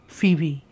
Phoebe